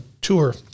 tour